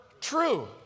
true